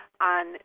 on